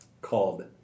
Called